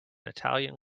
italian